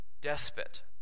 Despot